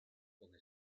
donde